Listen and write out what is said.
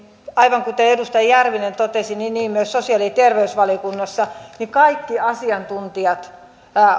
aivan kuten edustaja järvinen totesi niin niin myös sosiaali ja terveysvaliokunnassa lähestulkoon kaikki asiantuntijat